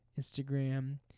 Instagram